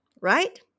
right